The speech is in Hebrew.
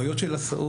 בעיות של הסעות,